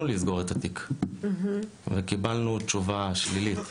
לסגור את התיק וקיבלנו תשובה שלילית.